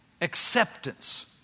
acceptance